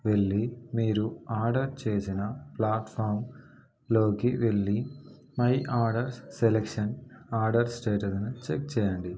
వెళ్లి మీరు ఆర్డర్ చేసిన ప్లాట్ఫామ్లోకి వెళ్లి మై ఆర్డర్ సెలెక్షన్ ఆర్డర్ స్టేటస్ను చెక్ చేయండి